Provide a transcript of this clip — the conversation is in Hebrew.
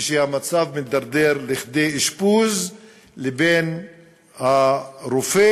כשהמצב מידרדר לכדי אשפוז, לבין הרופא,